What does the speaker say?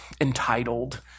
entitled